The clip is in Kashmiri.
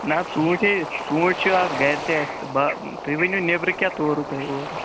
نہ حظ ژوٗنٛٹھۍ ہے ژوٗنٛٹھۍ چھِ آز گرِ تہِ اَسہِ تہٕ با تُہۍ ؤنِو نٮ۪برٕ کیٛاہ تورُو تۄہہِ اورٕ